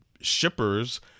shippers